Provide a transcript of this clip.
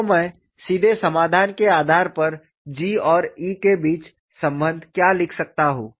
तो मैं सीधे समाधान के आधार पर G और E के बीच संबंध क्या लिख सकता हूं